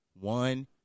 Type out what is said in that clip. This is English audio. One